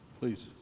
Please